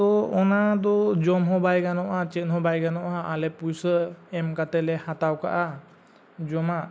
ᱛᱚ ᱚᱱᱟ ᱫᱚ ᱡᱚᱢ ᱦᱚᱸ ᱵᱟᱭ ᱜᱟᱱᱚᱜᱼᱟ ᱪᱮᱫ ᱦᱚᱸ ᱵᱟᱭ ᱜᱟᱱᱚᱜᱼᱟ ᱟᱞᱮ ᱯᱩᱭᱥᱟᱹ ᱮᱢ ᱠᱟᱛᱮᱞᱮ ᱦᱟᱛᱟᱣ ᱠᱟᱜᱼᱟ ᱡᱚᱢᱟᱜ